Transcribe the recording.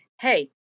hey